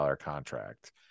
contract